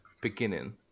beginning